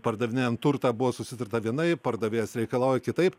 pardavinėjant turtą buvo susitarta vienaip pardavėjas reikalauja kitaip